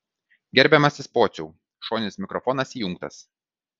gerbiamasis pociau šoninis mikrofonas įjungtas